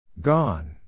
Gone